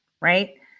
right